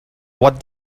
what